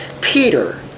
Peter